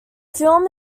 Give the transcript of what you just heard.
film